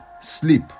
sleep